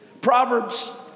Proverbs